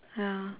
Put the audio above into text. ya